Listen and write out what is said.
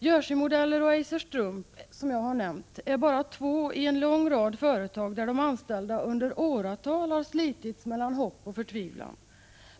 Jersey-Modeller och Eiser Strump, som jag har nämnt, är bara två i en lång rad företag där de anställda i åratal har slitits mellan hopp och förtvivlan.